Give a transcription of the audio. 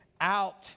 out